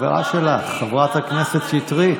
חברה שלך, חברת הכנסת שטרית.